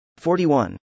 41